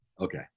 Okay